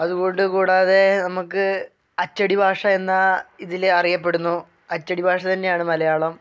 അത്കൊണ്ട് കൂടാതെ നമുക്ക് അച്ചടി ഭാഷയെന്നാണ് ഇതില് അറിയപ്പെടുന്നത് അച്ചടി ഭാഷ തന്നെയാണ് മലയാളം